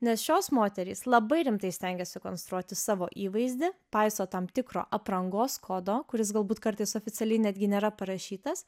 nes šios moterys labai rimtai stengiasi konstruoti savo įvaizdį paiso tam tikro aprangos kodo kuris galbūt kartais oficialiai netgi nėra parašytas